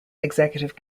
executive